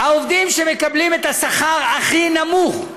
העובדים שמקבלים את השכר הכי נמוך,